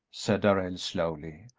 said darrell, slowly,